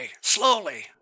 slowly